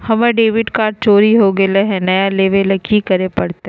हमर debit card चोरी हो गेले हई, नया लेवे ल की करे पड़तई?